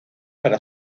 para